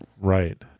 Right